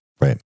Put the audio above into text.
right